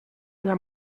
allà